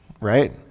right